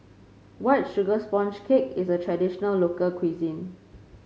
White Sugar Sponge Cake is a traditional local cuisine